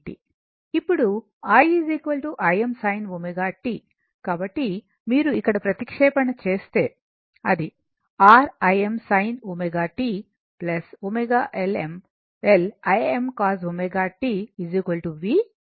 ఇప్పుడు i Im sin ω t కాబట్టి మీరు ఇక్కడ ప్రతిక్షేపణ చేస్తే అది R Im sin ω t ω L Im cos ω t v అవుతుంది